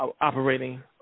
operating